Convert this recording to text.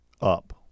up